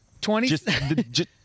Twenty